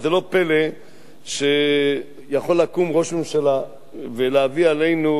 לא פלא שיכול לקום ראש ממשלה ולהביא עלינו,